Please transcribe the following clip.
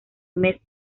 mes